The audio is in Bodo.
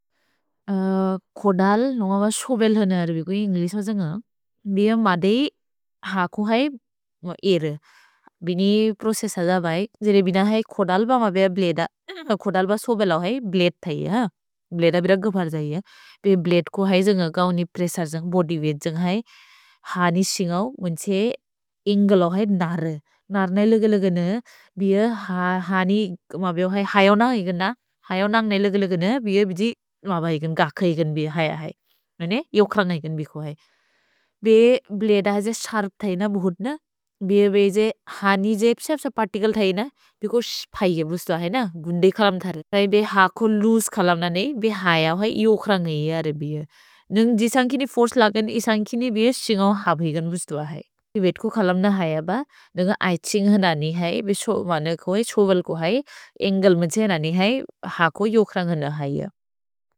कोदल् नोउअ ब सोबेल् हनर् बिकु इन्गिलिस् ब जन्गन्। भिअ मदे हा कु है एर्। भिनि प्रोसेस द बै। जेरे बिन है कोदल् ब मबिअ ब्लदेअ। कोदल् ब सोबेल् हौ है ब्लदे थैअ। भ्लदेअ बिर गफर् जैअ। पे ब्लदे को है जन्गन् कौनि प्रेसर् जन्गन्, बोद्य् वेइघ्त् जन्गन् है। हा नि सिन्गौ, मुन्से इन्गल् हौ है नर्। नर् नै लोगे लोगे न, बिअ हा नि मबिओ है हैऔनन् इकन्द। हैऔनन् नै लोगे लोगे न, बिअ बिजि मबिअ इकन्द, गक इकन्द बिअ हैअ है। नने, इओक्रन इकन्द बिको है। भिअ ब्लदेअ हज शर्प् थैन, बोहोत्न। भिअ बिज हा निजेप्सेप्सेप्सेप् पर्तिकल् थैन। भिको श्पैके बुस्त हैन। गुन्देखलम् थर। है बिअ हा कु लूसे खलम्न नै, बिअ हैऔ है, इओक्रन नै हर बिअ। नन्ग् जिसन्ग् कि नि फोर्चे लगन, इसन्ग् कि नि बिअ सिन्गौ हा बिक बुस्त हा है। वेइघ्त् को खलम्न हैअ ब, नन्ग् ऐछिन्ग ननि है, सोबेल् को है, इन्गल्म जेन ननि है, हा को इओक्रन नै हैअ।